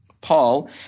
Paul